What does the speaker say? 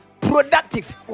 productive